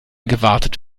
gewartet